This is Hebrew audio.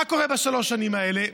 מה קורה בשלוש השנים האלה?